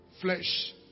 flesh